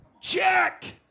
check